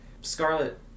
Scarlet